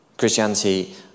Christianity